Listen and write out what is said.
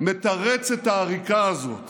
מתרץ את העריקה הזאת